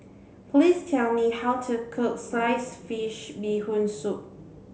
please tell me how to cook sliced fish bee hoon soup